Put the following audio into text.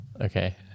Okay